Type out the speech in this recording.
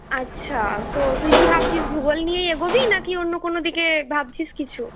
আচ্ছা তো তুই কি ভাবছিস ভূগোল নিয়েই এগোবি নাকি অন্য কোন দিকে ভাবছিস কিছু